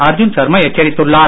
அர்ஜுன் ஷர்மா எச்சரித்துள்ளார்